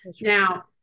Now